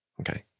Okay